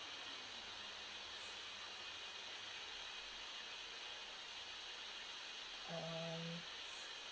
um